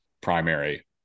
primary